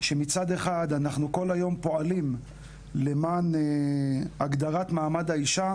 שמצד אחד אנחנו כל היום פועלים למען הגדרת מעמד האישה,